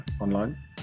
online